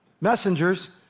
messengers